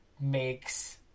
makes